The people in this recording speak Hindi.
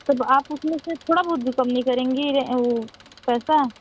तब आप उसमें से थोड़ा बहुत भी कम नहीं करेंगी पैसा